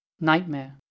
Nightmare